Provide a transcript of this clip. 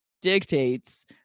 dictates